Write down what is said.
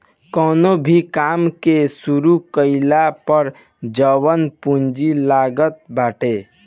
कवनो भो काम के शुरू कईला पअ जवन पूंजी लागत बाटे